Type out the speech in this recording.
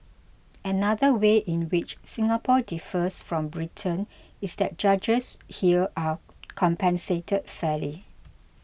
another way in which Singapore differs from Britain is that judges here are compensated fairly